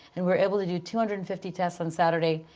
and we're able to do two hundred and fifty tests on saturday,